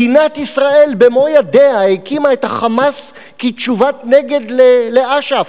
מדינת ישראל במו ידיה הקימה את ה"חמאס" כתשובת נגד לאש"ף.